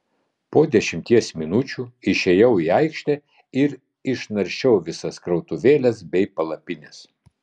po dešimties minučių išėjau į aikštę ir išnaršiau visas krautuvėles bei palapines